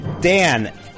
Dan